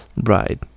Right